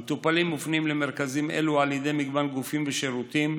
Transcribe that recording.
המטופלים מופנים למרכזים אלה על ידי מגוון גופים ושירותים,